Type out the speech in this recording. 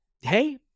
hey